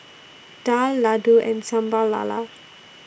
Daal Laddu and Sambal Lala